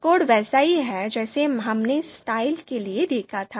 code वैसा ही है जैसा हमने स्टाइल के लिए देखा था